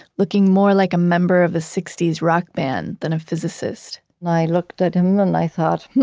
looking more like a member of a sixties rock band than a physicist like i looked at him and i thought, hmm,